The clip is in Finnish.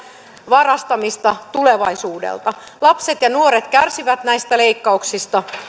varastamista tulevaisuudelta lapset ja nuoret kärsivät näistä leikkauksista